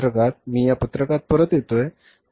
मी पुन्हा या पत्रकात परत येतोय